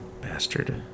Bastard